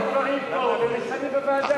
שומעים את רוח הדברים פה ודנים בוועדה.